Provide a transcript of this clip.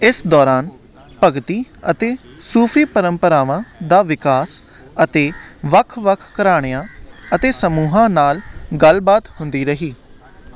ਇਸ ਦੌਰਾਨ ਭਗਤੀ ਅਤੇ ਸੂਫੀ ਪਰੰਪਰਾਵਾਂ ਦਾ ਵਿਕਾਸ ਅਤੇ ਵੱਖ ਵੱਖ ਘਰਾਣਿਆਂ ਅਤੇ ਸਮੂਹਾਂ ਨਾਲ ਗੱਲਬਾਤ ਹੁੰਦੀ ਰਹੀ